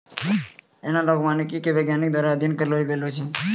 एनालाँक वानिकी मे वैज्ञानिक द्वारा अध्ययन करलो गेलो छै